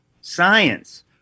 science